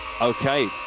Okay